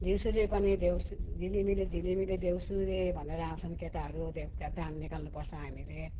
देउसुरे पनि देउसी झिलिमिली झिलिमिली देउसुरे भनेर आउँछन् केटाहरू देउका दान निकाल्नु पर्छ हामीले